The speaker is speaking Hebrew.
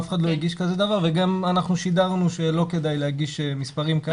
אף אחד לא הגיש כזה דבר וגם אנחנו שידרנו שלא כדאי להגיש מספרים כאלה,